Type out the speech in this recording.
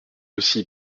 aussi